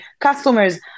customers